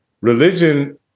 religion